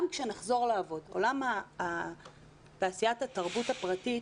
גם כשנחזור לעבוד, עולם תעשיית התרבות הפרטית